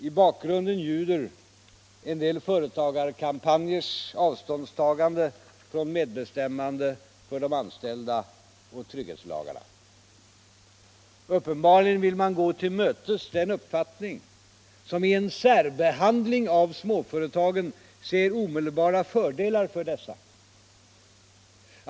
I bakgrunden ljuder en del företagarkampanjers avståndstagande från medbestämmande för de anställda och trygghetslagarna. Uppenbarligen vill man gå till mötes den uppfattning som i en särbehandling av småföretagen ser omedelbara fördelar för dessa.